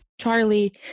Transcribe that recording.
Charlie